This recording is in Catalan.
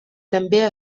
també